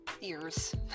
ears